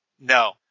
No